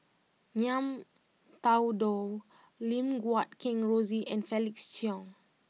Ngiam Tong Dow Lim Guat Kheng Rosie and Felix Cheong